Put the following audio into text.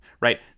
right